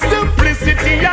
Simplicity